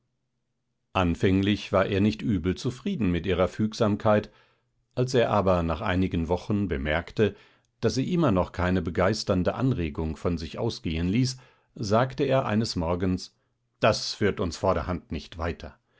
anfänglich war er nicht übel zufrieden mit ihrer fügsamkeit als er aber nach einigen wochen bemerkte daß sie immer noch keine begeisternde anregung von sich ausgehen ließ sagte er eines morgens das führt uns vorderhand nicht weiter